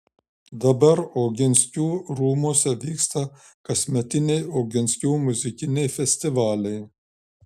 dabar oginskių rūmuose vyksta kasmetiniai oginskių muzikiniai festivaliai